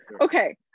Okay